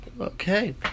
Okay